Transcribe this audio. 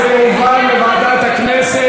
זה יועבר לוועדת הכנסת,